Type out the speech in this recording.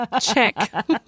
Check